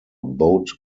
boat